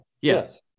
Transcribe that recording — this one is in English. Yes